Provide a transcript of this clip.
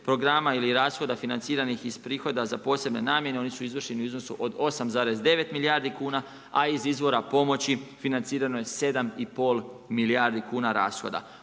programa ili rashoda financiranih iz prihoda za posebne namjene oni su izvršeni u iznosu od 8,9 milijardi kuna a iz izvora pomoći financirano je 7,5 milijardi kuna rashoda.